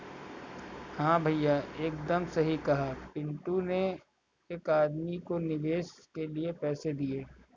हां भैया एकदम सही कहा पिंटू ने एक आदमी को निवेश के लिए पैसे दिए